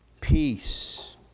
peace